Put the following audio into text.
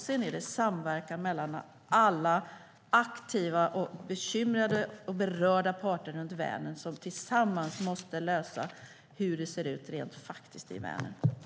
Sedan måste alla aktiva, bekymrade, berörda parter runt Vänern tillsammans, i samverkan, lösa frågan hur det rent faktiskt ser ut i Vänern.